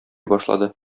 башлады